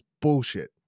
bullshit